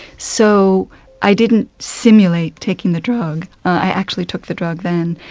so i didn't simulate taking the drug, i actually took the drug then.